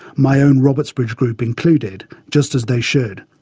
my own robertsbridge group included, just as they should.